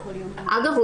אגב,